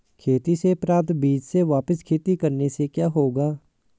खेती से प्राप्त बीज से वापिस खेती करने से क्या होगा?